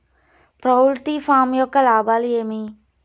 poultry farm యొక్క లాభాలు ఏమి